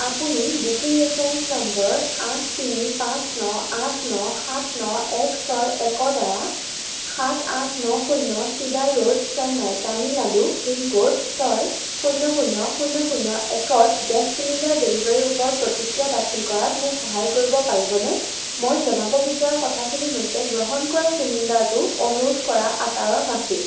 আপুনি booking reference number আঠ তিনি পাঁচ ন আঠ ন সাত ন এক ছয় একৰ দ্বাৰা সাত আঠ ন শূন্য Cedar Road Chennai Tamil Nadu pin code ছয় শূন্য শূন্য শূন্য শূন্য একত গেছ চিলিণ্ডাৰ ডেলিভাৰীৰ ওপৰত প্ৰতিক্ৰিয়া দাখিল কৰাত মোক সহায় কৰিব পাৰিবনে মই জনাব বিচৰা কথাখিনি হৈছে গ্ৰহণ কৰা চিলিণ্ডাৰটো অনুৰোধ কৰা আকাৰৰ নাছিল